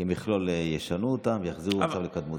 כמכלול ישנו ויחזירו לקדמותם.